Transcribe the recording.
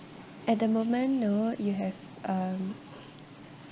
at the moment no you have um